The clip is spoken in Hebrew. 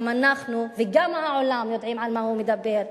גם אנחנו וגם העולם יודעים על מה הוא מדבר.